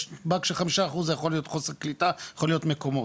יש באג של 5% זה יכול להיות חוסר קליטה יכול להיות מקומות,